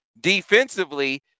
defensively